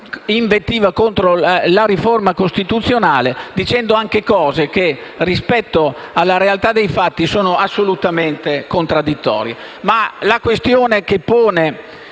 La questione che pone